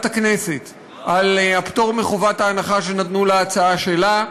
הכנסת על הפטור מחובת ההנחה שנתנו להצעה שלה,